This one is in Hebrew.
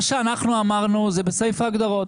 מה שאנחנו אמרנו זה בסעיף ההגדרות,